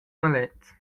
maletgs